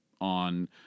on